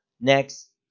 next